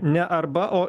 ne arba o